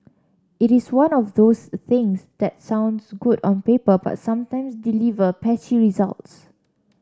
it is one of those things that sounds good on paper but sometimes deliver patchy results